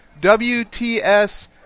WTS